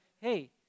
Hey